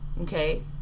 okay